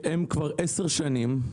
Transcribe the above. הן כבר עשר שנים,